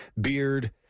beard